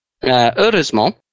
Heureusement